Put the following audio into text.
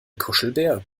kuschelbär